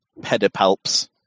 pedipalps